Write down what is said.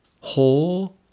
whole